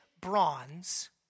bronze